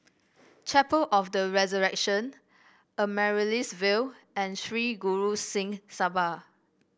Chapel of The Resurrection Amaryllis Ville and Sri Guru Singh Sabha